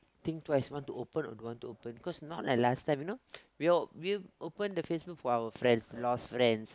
think twice want to open or don't want to open cause not like last time you know we all we open the Facebook for our friends lost friends